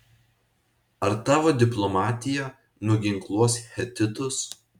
ar tavo diplomatija nuginkluos hetitus